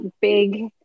big